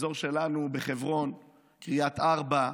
באזור שלנו בחברון, קריית ארבע,